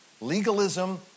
Legalism